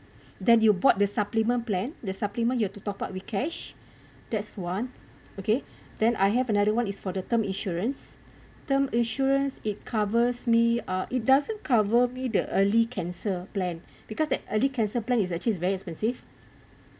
then you bought the supplement plan the supplement you have to top up with cash that's one okay then I have another [one] is for the term insurance term insurance it covers me uh it doesn't cover me the early cancer plan because that early cancer plan is actually very expensive